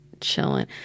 chilling